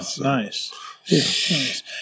nice